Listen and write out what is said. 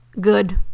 good